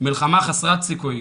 מלחמה חסרת סיכוי,